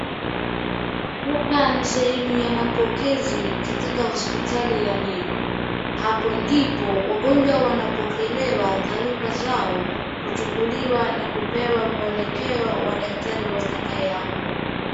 Duka ni sehemu ya mapokezi katika hospitali ya meno, hapo ndipo wagonjwa wanapokelewa taarifa zao huchukuliwa na kupeleka mwelekeo wa daktari watakao amua.